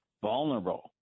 vulnerable